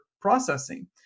processing